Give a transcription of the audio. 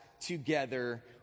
together